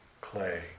clay